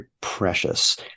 precious